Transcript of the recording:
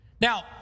Now